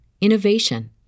innovation